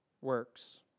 works